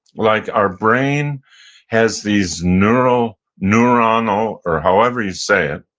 like our brain has these neural, neuronal, or however you say it,